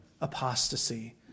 apostasy